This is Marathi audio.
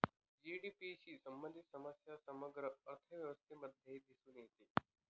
जी.डी.पी शी संबंधित समस्या समग्र अर्थशास्त्रामध्येही दिसून येते